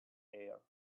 air